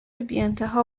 بیانتها